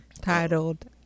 titled